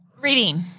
Reading